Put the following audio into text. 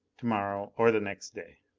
tomorrow, or the next day.